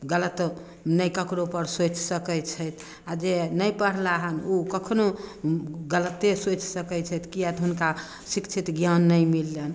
गलत नइ ककरो पर सोचि सकैत छथि आ जे नहि पढ़लाहन ओ कखनो गलते सोचि सकै छथि किए तऽ हुनका शिक्षित ज्ञान नहि मिललनि